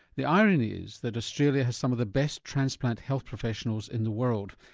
the irony is that australia has some of the best transplant health professionals in the world,